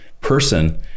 person